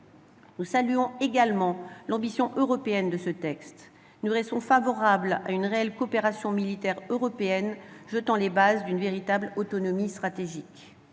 Nous saluons également l'ambition européenne de ce texte. Nous restons favorables à une réelle coopération militaire européenne jetant les bases d'une véritable autonomie stratégique.